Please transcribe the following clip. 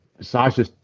Sasha